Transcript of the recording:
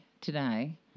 today